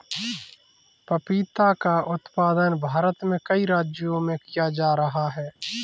पपीता का उत्पादन भारत में कई राज्यों में किया जा रहा है